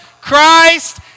Christ